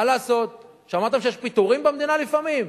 מה לעשות, שמעתם שיש פיטורים במדינה לפעמים?